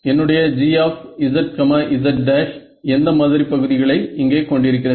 என்னுடைய Gzz′ எந்த மாதிரி பகுதிகளை இங்கே கொண்டிருக்கிறது